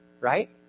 Right